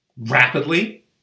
rapidly